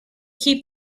keep